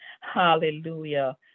Hallelujah